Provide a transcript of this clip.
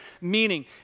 meaning